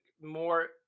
more